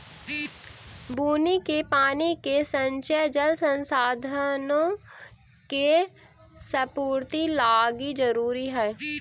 बुन्नी के पानी के संचय जल संसाधनों के संपूर्ति लागी जरूरी हई